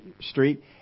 street